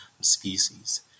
species